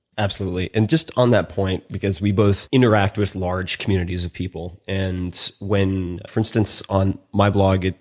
absolutely, and just on that point because we both interact with large communities of people and when for instance on my blog,